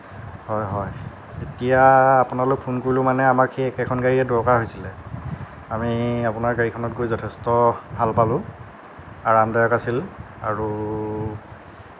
হয় হয় এতিয়া আপোনালৈ ফোন কৰিলোঁ মানে আমাক সেই একেখন গড়ীয়েই দৰকাৰ হৈছে আমি আপোনাৰ গাড়ীখনত গৈ যথেষ্ট ভাল পালোঁ আৰামদায়ক আছিল আৰু